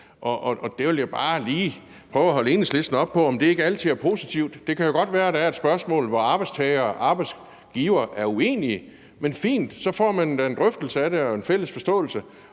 Jeg vil bare lige prøve at holde Enhedslisten op på, om det ikke altid er positivt. Det kan jo godt være, at der er et spørgsmål, som arbejdstager og arbejdsgiver er uenige om, men det er fint, for så får man da en drøftelse af det og en fælles forståelse,